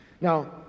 Now